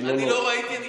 אני לא ראיתי,